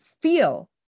feel